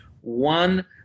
One